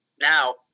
now